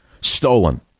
Stolen